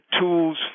tools